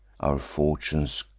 our fortunes,